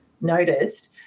noticed